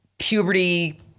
puberty